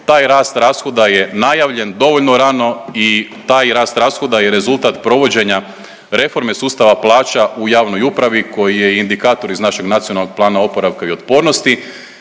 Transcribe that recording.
Taj rashod je najavljen dovoljno rano i taj rast rashoda i rezultat provođenja reforme sustava plaća u javnoj upravi koji je indikator iz našeg NPOO-a gdje smo se godinama